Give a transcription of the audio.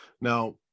now